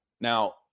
Now